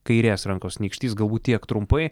kairės rankos nykštys galbūt tiek trumpai